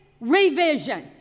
revision